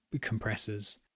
compressors